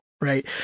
right